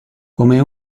come